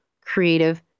creative